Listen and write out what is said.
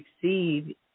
succeed